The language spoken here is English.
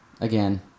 again